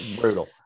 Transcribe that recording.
brutal